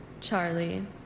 Charlie